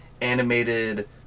animated